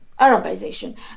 Arabization